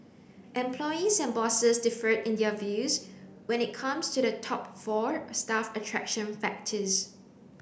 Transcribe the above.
employees and bosses differed in their views when it comes to the top four staff attraction factors